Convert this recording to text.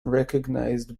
recognized